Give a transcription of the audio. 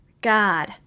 God